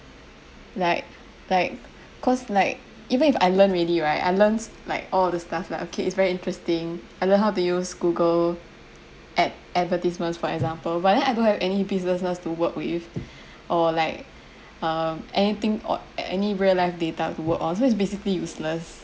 like like cause like even if I learnt already right I learnt like all the stuff lah okay it's very interesting I learned how to use google ad~ advertisements for example but then I don't have any businesses to work with or like um anything od~ any real life data to work on so it's basically useless